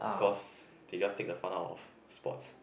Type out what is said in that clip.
because they just take the fun out of sport